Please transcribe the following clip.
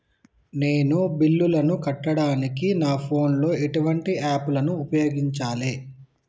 నేను బిల్లులను కట్టడానికి నా ఫోన్ లో ఎటువంటి యాప్ లను ఉపయోగించాలే?